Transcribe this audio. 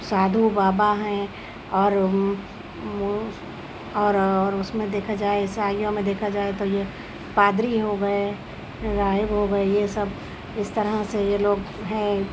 سادھو بابا ہیں اور اور اور اس میں دیکھا جائے عیسائیوں میں دیکھا جائے تو یہ پادری ہو گئے راہب ہو گئے یہ سب اس طرح سے یہ لوگ ہیں